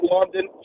London